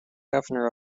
governor